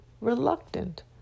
Reluctant